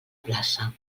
plaça